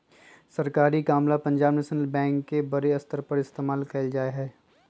सरकारी काम ला पंजाब नैशनल बैंक के बडे स्तर पर इस्तेमाल कइल जा हई